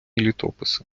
літописи